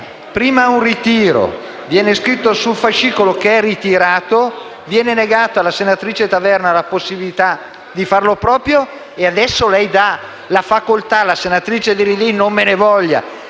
prima c'è un ritiro e viene scritto sul fascicolo che l'emendamento è ritirato; viene negata alla senatrice Taverna la possibilità di farlo proprio e adesso lei dà la facoltà - la senatrice Dirindin non me ne voglia